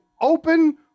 open